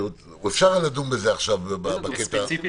אפשר לדון בזה עכשיו בקטע הזה.